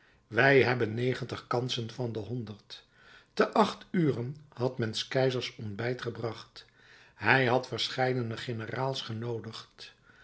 wij hebben negentig kansen van de honderd te acht uren had men s keizers ontbijt gebracht hij had verscheidene generaals